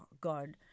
God